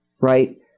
Right